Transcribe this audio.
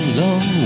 long